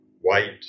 white